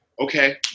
okay